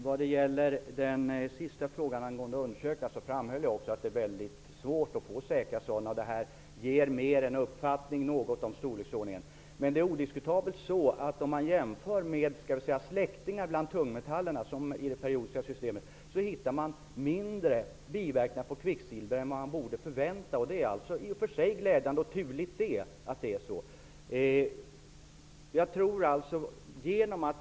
Herr talman! Först har vi frågan om undersökningar. Jag framhöll att det är svårt att göra säkra undersökningar. Men undersökningarna ger en uppfattning om storleksordningen. Det är odiskutabelt så att vid en jämförelse av släktingar bland tungmetallerna i det periodiska systemet finner man färre biverkningar för kvicksilver än vad man förväntar sig. Det är i och för sig glädjande och turligt att det är så.